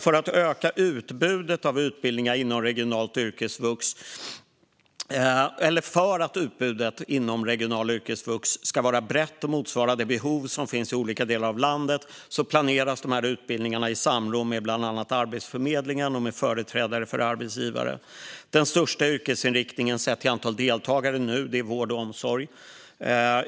För att utbudet inom regionalt yrkesvux ska vara brett och motsvara det behov som finns i olika delar av landet planeras utbildningarna i samråd med bland annat Arbetsförmedlingen och företrädare för arbetsgivare. Den största yrkesinriktningen sett till antalet deltagare är vård och omsorg.